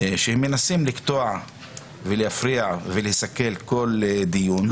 שמנסים לקטוע ולהפריע ולסכל כל דיון.